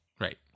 Right